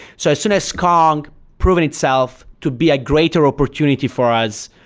so as soon as kong proven itself to be a greater opportunity for us,